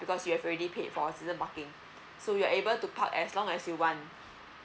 because you have already paid for season parking so you're able to park as long as you want